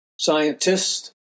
scientists